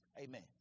Amen